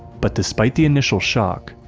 but despite the initial shock,